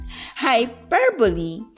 Hyperbole